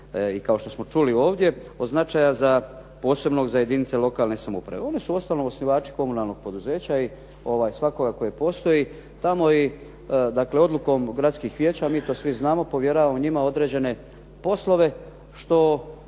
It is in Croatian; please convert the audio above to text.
i kao što čuli ovdje, od značaja posebnog za jedinice lokalne samouprave. One su uostalom osnivači komunalnog poduzeća i svakoga koje postoji tamo i dakle odlukom gradskih vijeća mi to svi znamo, povjeravamo njima određene poslove što